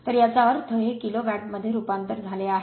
तर याचा अर्थ हे किलो वॅटमध्ये रूपांतरित झाले आहे